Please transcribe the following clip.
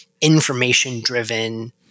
information-driven